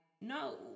no